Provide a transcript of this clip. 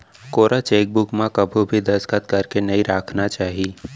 कोरा चेकबूक म कभू भी दस्खत करके नइ राखना चाही